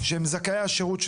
זכאי השירות,